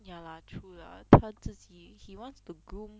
ya lah true lah 他自己 he wants to groom